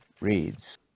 reads